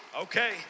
Okay